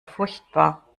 furchtbar